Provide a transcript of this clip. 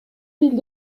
mille